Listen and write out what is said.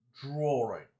drawing